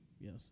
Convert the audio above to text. Yes